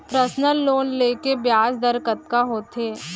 Personal loan ले के ब्याज दर कतका होथे?